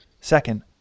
Second